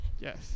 Yes